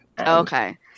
Okay